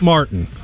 Martin